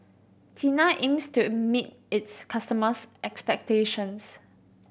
Tena aims to meet its customers' expectations